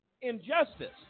Injustice